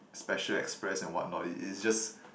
special express and what not it it's just